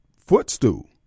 footstool